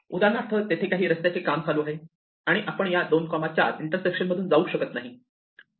उदाहरणार्थ तेथे काही रस्त्याचे काम चालू आहे आणि आपण या 2 4 इंटरसेक्शन मधून जाऊ शकत नाही